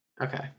Okay